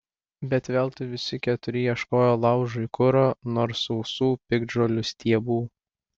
bet veltui visi keturi ieškojo laužui kuro nors sausų piktžolių stiebų